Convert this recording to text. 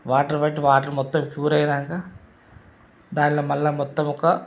water పెట్టి water మొత్తం cure అయినాక దానిలో మళ్ళా మొత్తం ఒక